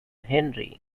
henry